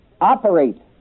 operate